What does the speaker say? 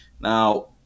Now